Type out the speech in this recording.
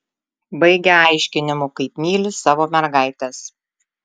baigia aiškinimu kaip myli savo mergaites